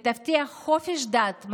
ותבטיח חופש דת,